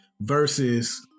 versus